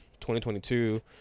2022